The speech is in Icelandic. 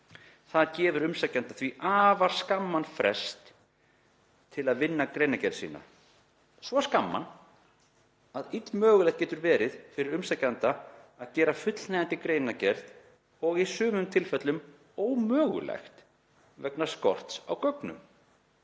Það gefur umsækjanda því afar skamman frest til að vinna greinargerð sína, svo skamman að illmögulegt getur verið fyrir umsækjanda að gera fullnægjandi greinargerð og í sumum tilfellum ómögulegt vegna skorts á gögnum.